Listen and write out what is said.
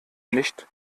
nicht